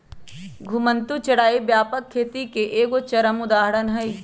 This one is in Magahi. घुमंतू चराई व्यापक खेती के एगो चरम उदाहरण हइ